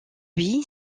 lui